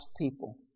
people